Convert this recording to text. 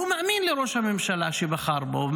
שמאמין לראש הממשלה שבחר בו,